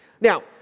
Now